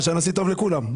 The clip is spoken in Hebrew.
שהנשיא טוב לכולם?